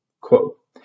Quote